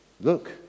look